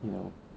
you know